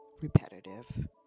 repetitive